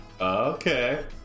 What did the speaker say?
Okay